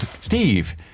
steve